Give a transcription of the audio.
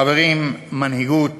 חברים, מנהיגות